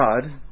God